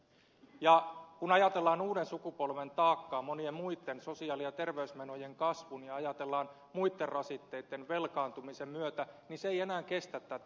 ja kun ajatellaan uuden sukupolven taakkaa sosiaali ja terveysmenojen kasvun ja monien muitten rasitteitten velkaantumisen myötä niin se ei enää kestä tätä